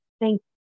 Thank